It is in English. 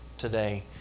today